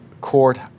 court